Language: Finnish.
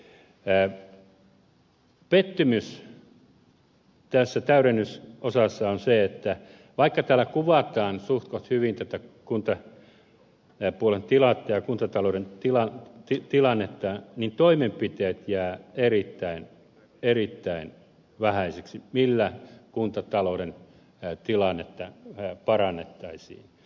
pettymys tässä täydennysosassa on se että vaikka täällä kuvataan suhtkoht hyvin tätä kuntapuolen tilannetta ja kuntatalouden tilannetta niin toimenpiteet jäävät erittäin erittäin vähäisiksi millä kuntatalouden tilannetta parannettaisiin